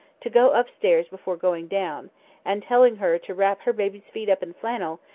to go up stairs before going down and telling her to wrap her baby's feet up in flannel,